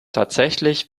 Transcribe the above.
tatsächlich